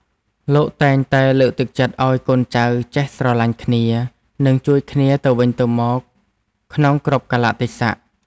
លោកតែងតែលើកទឹកចិត្តឱ្យកូនចៅចេះស្រឡាញ់គ្នា និងជួយគ្នាទៅវិញទៅមកក្នុងគ្រប់កាលៈទេសៈ។